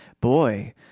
Boy